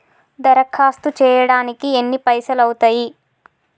దరఖాస్తు చేయడానికి ఎన్ని పైసలు అవుతయీ?